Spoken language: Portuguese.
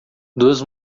duas